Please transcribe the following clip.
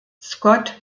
scott